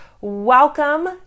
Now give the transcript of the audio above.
welcome